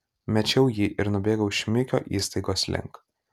mečiau jį ir nubėgau šmikio įstaigos link